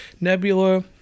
nebula